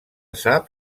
sap